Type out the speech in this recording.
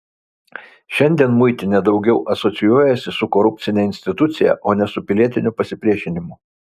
šiandien muitinė daugiau asocijuojasi su korupcine institucija o ne su pilietiniu pasipriešinimu